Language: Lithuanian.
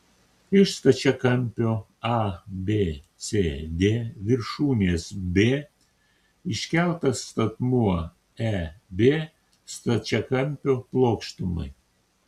iš stačiakampio abcd viršūnės b iškeltas statmuo eb stačiakampio plokštumai